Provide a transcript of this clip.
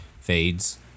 fades